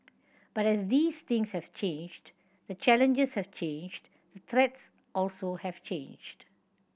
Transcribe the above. but as these things have changed the challenges have changed the threats also have changed